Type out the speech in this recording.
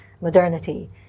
modernity